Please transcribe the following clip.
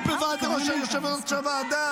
את לא יכולה לקרוא לי בקריאות אם הוא פונה אליי.